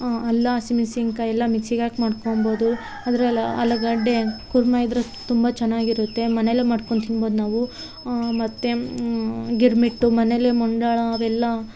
ಅಲ್ಲ ಹಸಿಮೆಣ್ಶಿನ್ಕಾಯಿ ಎಲ್ಲ ಮಿಕ್ಸಿಗೆ ಹಾಕ್ ಮಾಡ್ಕೊಬೋದು ಅದ್ರಲ್ಲಿ ಆಲೂಗಡ್ಡೆ ಕುರ್ಮಯಿದ್ರೆ ತುಂಬ ಚೆನ್ನಾಗಿರುತ್ತೆ ಮನೇಲೇ ಮಾಡ್ಕೊಂಡು ತಿನ್ಬೋದು ನಾವು ಮತ್ತು ಗಿರ್ಮಿಟ್ಟು ಮನೇಲೇ ಮುಂಡಾಳ ಅವೆಲ್ಲ